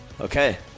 Okay